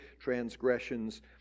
transgressions